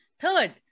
Third